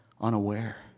unaware